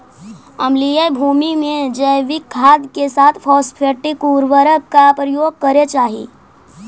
अम्लीय भूमि में जैविक खाद के साथ फॉस्फेटिक उर्वरक का प्रयोग करे चाही